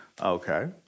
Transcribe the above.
Okay